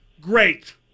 Great